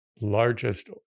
largest